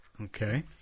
Okay